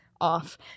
off